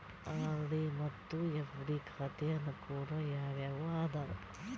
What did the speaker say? RD ಮತ್ತು FD ಖಾತೆಯ ಅನುಕೂಲ ಯಾವುವು ಅದಾವ?